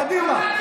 קדימה.